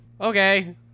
Okay